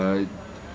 uh